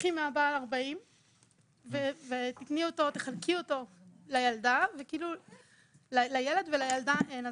תיקחי מהבעל 40 ותחלקי אותו לילד ולילדה אין,